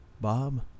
Bob